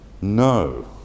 no